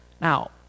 Now